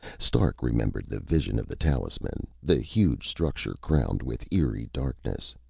stark remembered the vision of the talisman, the huge structure crowned with eerie darkness.